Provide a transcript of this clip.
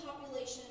population